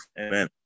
Amen